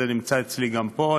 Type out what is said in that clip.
זה נמצא אצלי גם פה,